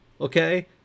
okay